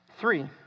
Three